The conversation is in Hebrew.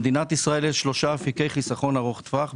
במדינת ישראל יש שלושה אפיקי חיסכון ארוך טווח.